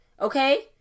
Okay